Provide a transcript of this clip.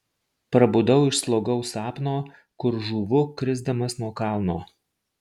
prabudau iš slogaus sapno kur žūvu krisdamas nuo kalno